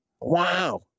Wow